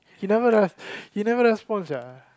he never res~ he never respond sia